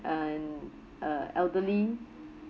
an uh elderly